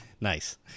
Nice